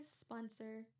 sponsor